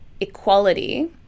equality